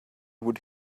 would